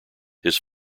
his